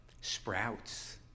sprouts